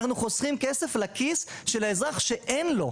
אנחנו חוסכים כסף לכיס של האזרח שאין לו.